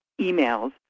emails